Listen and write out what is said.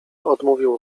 odmówił